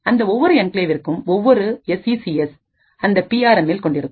அந்த ஒவ்வொரு என்கிளேவிற்கும் ஒவ்வொரு எஸ் இ சி எஸ்ஐ அந்த பி ஆர் எமில் கொண்டிருக்கும்